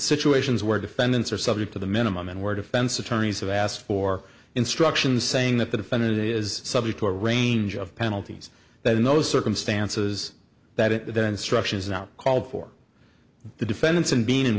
situations where defendants are subject to the minimum and where defense attorneys have asked for instructions saying that the defendant is subject to a range of penalties that in those circumstances that it instructions not called for the defendants in benin